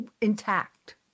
intact